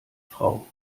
frau